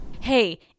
Hey